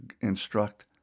instruct